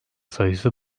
sayısı